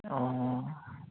অঁ